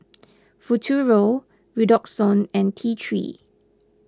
Futuro Redoxon and T three